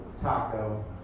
Taco